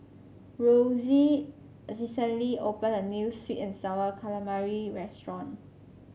Rosey recently opened a new sweet and sour calamari restaurant